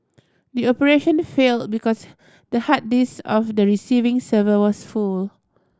the operation to fail because the hard disk of the receiving server was full